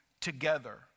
together